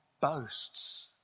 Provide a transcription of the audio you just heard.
boasts